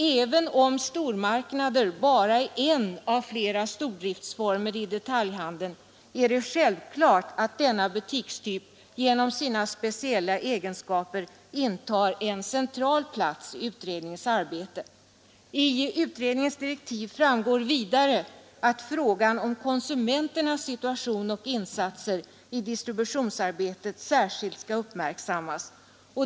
Även om stormarknader bara är en av flera stora driftsformer i detaljhandeln är det självklart att denna butikstyp genom sina speciella egenskaper intar en central plats i utredningens arbete. Av utredningens direktiv framgår vidare att frågan om konsumenternas situation och insatser i distributionsarbetet särskilt skall uppmärksammas.